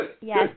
Yes